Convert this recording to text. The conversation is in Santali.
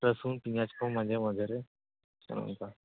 ᱨᱟᱹᱥᱩᱱ ᱯᱮᱭᱟᱸᱡᱽ ᱠᱚ ᱢᱟᱡᱷᱮᱼᱢᱟᱡᱷᱮ ᱨᱮ ᱚᱱᱮ ᱚᱱᱠᱟ